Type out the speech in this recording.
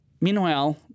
Meanwhile